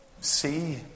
see